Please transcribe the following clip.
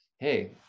hey